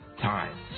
time